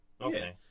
Okay